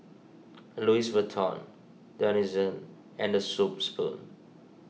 Louis Vuitton Denizen and the Soup Spoon